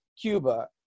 Cuba